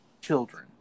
children